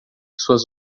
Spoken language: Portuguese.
suas